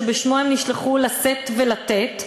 שבשמו הם נשלחו לשאת ולתת,